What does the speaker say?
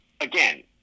again